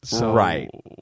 Right